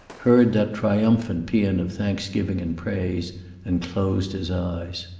heard that triumphant paean of thanksgiving and praise and closed his eyes.